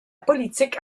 politique